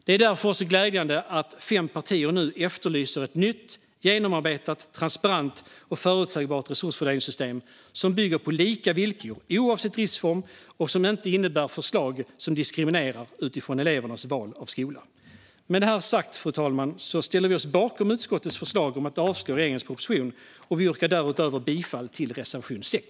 Det är därför också glädjande att fem partier nu efterlyser ett nytt genomarbetat, transparent och förutsägbart resursfördelningssystem som bygger på lika villkor oavsett driftsform och som inte innebär förslag som diskriminerar utifrån elevernas val av skola. Med detta sagt, fru talman, ställer vi oss bakom utskottets förslag om att avslå regeringens proposition. Vi yrkar därutöver bifall till reservation 6.